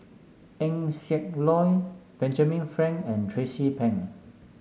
Eng Siak Loy Benjamin Frank and Tracie Pang